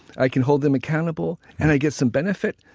i can hold them accountable, and i get some benefit,